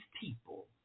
people